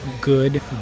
good